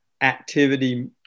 activity